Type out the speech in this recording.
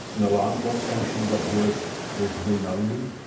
an alarm clock function that works with roon only,